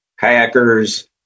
kayakers